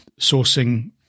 sourcing